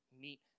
meet